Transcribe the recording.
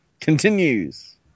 continues